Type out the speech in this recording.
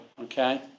Okay